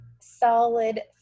solid